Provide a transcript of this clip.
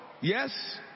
Yes